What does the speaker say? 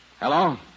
Hello